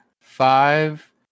five